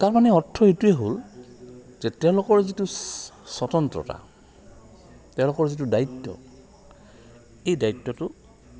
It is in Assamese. তাৰমানে অৰ্থ এইটোৱেই হ'ল যে তেওঁলোকৰ যিটো স্বতন্ত্ৰতা তেওঁলোকৰ যিটো দায়িত্ব এই দায়িত্বটো